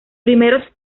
primeros